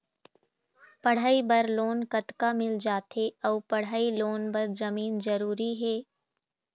पढ़ई बर लोन कतका मिल जाथे अऊ पढ़ई लोन बर जमीन जरूरी हे?